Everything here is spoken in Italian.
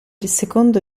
secondo